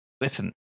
Listen